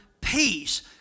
peace